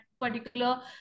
particular